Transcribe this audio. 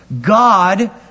God